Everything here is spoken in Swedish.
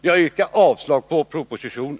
Jag yrkar avslag på propositionen.